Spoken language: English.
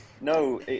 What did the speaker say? No